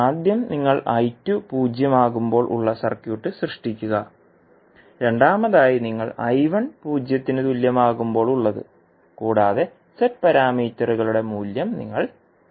ആദ്യം നിങ്ങൾ I2 0 ആകുമ്പോൾ ഉളള സർക്യൂട്ട് സൃഷ്ടിക്കുക രണ്ടാമതായി നിങ്ങൾ I1 0ന് തുല്യമാക്കുമ്പോൾ ഉളളത് കൂടാതെ Z പാരാമീറ്ററുകളുടെ മൂല്യം നിങ്ങൾ കണ്ടെത്തും